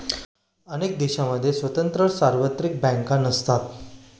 अनेक देशांमध्ये स्वतंत्र सार्वत्रिक बँका नसतात